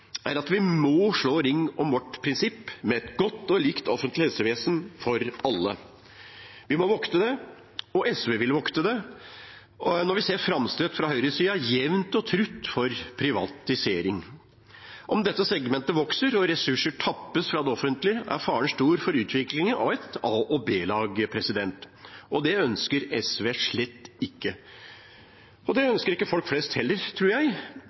er at vi må slå ring om vårt prinsipp om et godt og likt offentlig helsevesen for alle. Vi må vokte det. SV vil vokte det når vi jevnt og trutt fra høyresiden ser framstøt for privatisering. Om dette segmentet vokser og ressurser tappes fra det offentlige, er faren stor for utviklingen av et a- og b-lag. Det ønsker SV slett ikke. Det ønsker heller ikke folk flest, tror jeg,